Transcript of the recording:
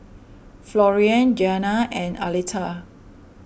Florian Giana and Arletta